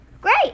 great